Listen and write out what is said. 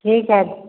ठीक है